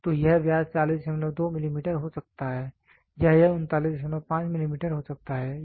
तो यह व्यास 402 मिलीमीटर हो सकता है या यह 395 मिलीमीटर हो सकता है